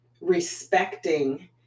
respecting